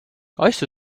asju